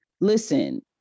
Listen